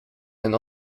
and